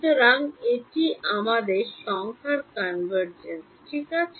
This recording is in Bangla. সুতরাং এটি আমাদের সংখ্যার কনভার্জেন্স ঠিক আছে